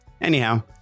anyhow